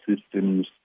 systems